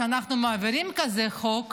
שאנחנו מעבירים כזה חוק?